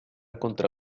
contra